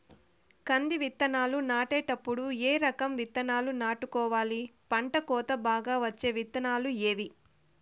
కంది విత్తనాలు నాటేటప్పుడు ఏ రకం విత్తనాలు నాటుకోవాలి, పంట కోత బాగా వచ్చే విత్తనాలు ఏవీ?